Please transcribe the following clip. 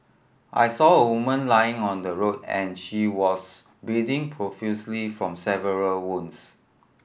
I saw a woman lying on the road and she was bleeding profusely from several wounds